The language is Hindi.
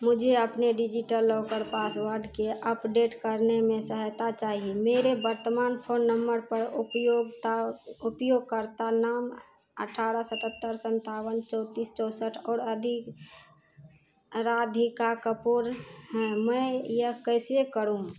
मुझे अपने डिज़िलॉकर पासवर्ड को अपडेट करने में सहायता चाहिए मेरे वर्तमान फोन नम्बर पर उपयोगता उपयोगकर्ता नाम अठारह सतहत्तर सन्तावन चौँतीस चौँसठ और अधिक राधिका कपूर हैं मैं यह कैसे करूँ